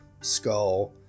skull